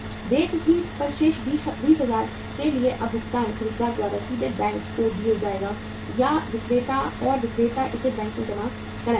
देय तिथि पर शेष 20000 के लिए जब भुगतान खरीदार द्वारा सीधे बैंक को किया जाएगा या विक्रेता और विक्रेता इसे बैंक में जमा करेंगे